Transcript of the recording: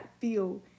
feel